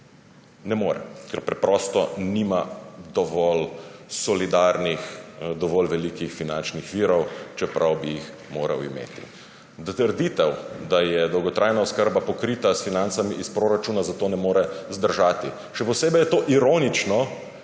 Ne more, ker preprosto nima dovolj velikih finančnih virov, čeprav bi jih moral imeti. Trditev, da je dolgotrajna oskrba pokrita s financami iz proračuna, zato ne more vzdržati. Še posebej je to ironično,